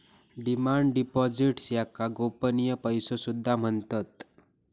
demand deposits याका गोपनीय पैसो सुद्धा म्हणतत